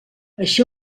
així